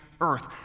earth